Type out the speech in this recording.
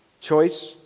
Choice